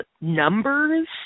numbers